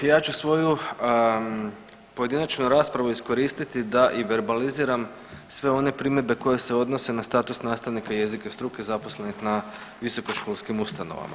Ja ću svoju pojedinačnu raspravu iskoristiti da i verbaliziram sve one primjedbe koje se odnose na status nastavnika jezika struke zaposlenih na visokoškolskim ustanovama.